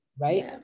Right